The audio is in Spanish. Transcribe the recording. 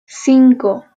cinco